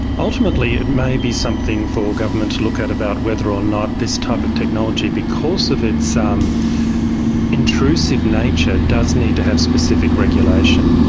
ultimately it may be something for government to look at about whether or not this type of technology, because of its um intrusive nature, does need to have specific regulation.